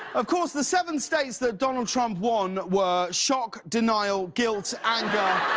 of course the seven states that donald trump won were shock, denial, guilt, anger,